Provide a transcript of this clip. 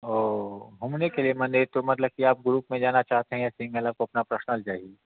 ओ घूमने के लिए माने तो मतलब की आप ग्रुप में जाना चाहते हैं कि आपको अपना पर्सनल चाहिये